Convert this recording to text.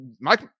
Mike